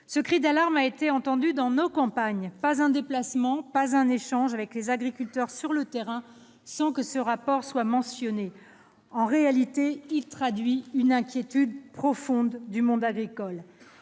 Ce cri d'alarme a bien été entendu dans campagnes : pas un déplacement, pas un échange avec les agriculteurs sur le terrain sans que ce rapport soit mentionné. Il traduit, en réalité, une inquiétude profonde du monde agricole.